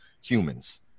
humans